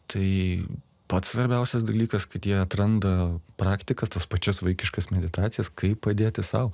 tai pats svarbiausias dalykas kad jie atranda praktikas tas pačias vaikiškas meditacijas kaip padėti sau